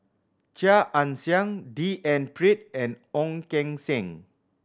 Chia Ann Siang D N Pritt and Ong Keng Sen